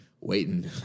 waiting